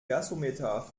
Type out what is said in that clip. gasometer